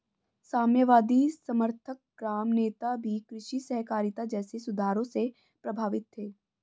साम्यवादी समर्थक ग्राम नेता भी कृषि सहकारिता जैसे सुधारों से प्रभावित थे